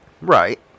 Right